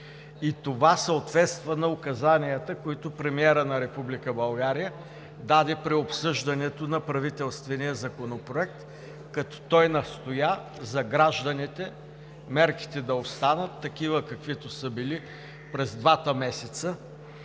и това съответства на указанията, които премиерът на Република България даде при обсъждането на правителствения законопроект, като той настоя за гражданите мерките да останат такива, каквито са били през двата месеца